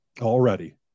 already